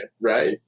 right